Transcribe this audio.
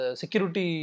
security